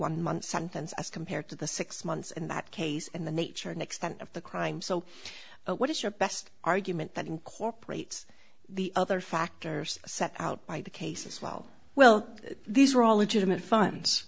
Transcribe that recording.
sentence as compared to the six months in that case and the nature and extent of the crime so what is your best argument that incorporates the other factors set out by the cases well well these are all legitimate